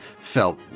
felt